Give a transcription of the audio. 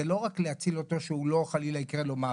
זה לא רק להציל אותו שהוא לא חלילה יקרה לו מוות,